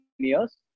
years